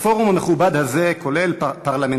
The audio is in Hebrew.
(מחיאות כפיים) הפורום המכובד הזה כולל פרלמנטרים,